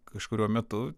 kažkuriuo metu